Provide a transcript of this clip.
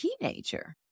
teenager